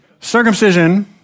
circumcision